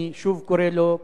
אני שוב קורא לו.